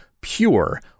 pure